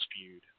feud